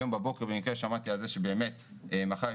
היום בבוקר במקרה שמעתי על זה שמחר יש